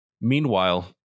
Meanwhile